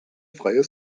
freie